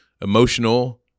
emotional